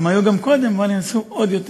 הם היו גם קודם, אבל נכנסו עוד יותר.